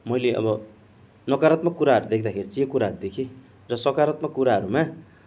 मैले अब नकारात्मक कुराहरू देख्दाखेरि चाहिँ यो कुराहरू देखेँ र सकारत्माक कुराहरूमा